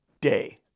day